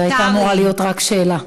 זו הייתה אמורה להיות רק שאלה.